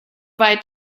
weit